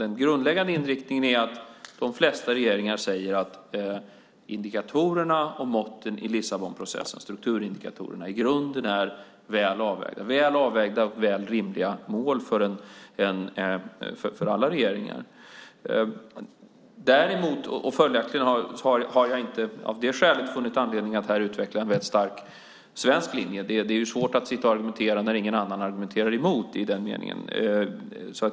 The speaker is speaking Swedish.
Den grundläggande inriktningen är att de flesta regeringar säger att indikatorerna och måtten i Lissabonprocessen - strukturindikatorerna - i grunden är väl avvägda. De är väl avvägda och rimliga mål för alla regeringar. Däremot har jag inte av det skälet funnit anledning att här utveckla någon väldigt stark svensk linje. Det är svårt att sitta och argumentera för något när ingen argumenterar emot.